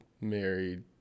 married